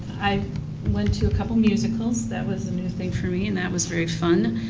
i went to a couple of musicals, that was a new thing for me and that was very fun.